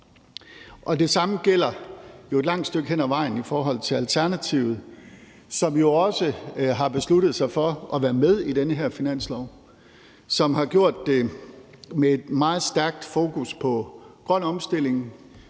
Det samme gælder jo et langt stykke hen ad vejen i forhold til Alternativet, som også har besluttet sig for at være med i den her finanslov, og som har gjort det med et meget stærkt fokus på grøn omstilling,